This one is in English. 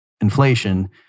inflation